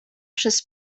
przez